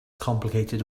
complicated